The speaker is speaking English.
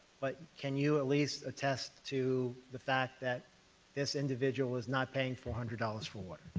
but can you at least attest to the fact that this individual is not paying four hundred dollars for water?